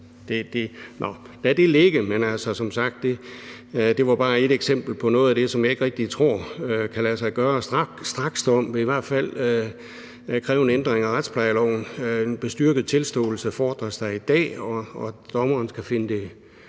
lad det ligge. Men som sagt var det bare ét eksempel på noget af det, som jeg ikke rigtig tror kan lade sig gøre. Straksdom vil i hvert fald kræve en ændring af retsplejeloven. En bestyrket tilståelse fordres der i dag, og dommeren skal finde det